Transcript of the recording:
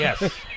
Yes